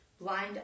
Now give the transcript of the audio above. Blind